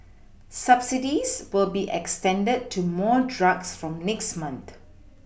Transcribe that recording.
subsidies will be extended to more drugs from next month